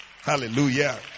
Hallelujah